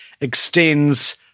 extends –